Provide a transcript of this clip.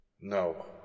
No